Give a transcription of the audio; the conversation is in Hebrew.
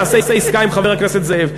נעשה עסקה עם חבר הכנסת זאב.